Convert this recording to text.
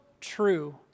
true